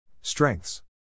Strengths